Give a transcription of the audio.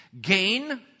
Gain